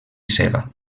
cega